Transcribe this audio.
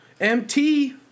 MT